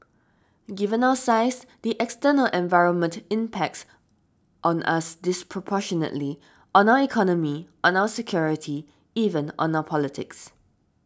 given our size the external environment impacts on us disproportionately on our economy on our security even on our politics